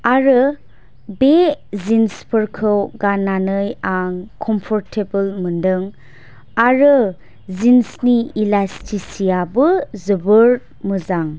आरो बे जिन्स फोरखौ गाननानै आं कम्फ'रटेबोल मोनदों आरो जिन्स नि इलास्टिसिटि आबो जोबोर मोजां